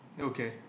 Okay